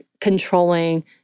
controlling